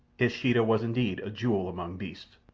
his sheeta was indeed a jewel among beasts.